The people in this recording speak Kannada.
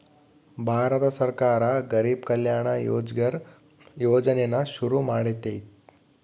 ಭಾರತ ಸರ್ಕಾರ ಗರಿಬ್ ಕಲ್ಯಾಣ ರೋಜ್ಗರ್ ಯೋಜನೆನ ಶುರು ಮಾಡೈತೀ